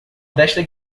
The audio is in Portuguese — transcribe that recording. desta